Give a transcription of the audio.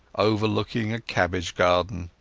overlooking a cabbage garden.